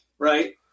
Right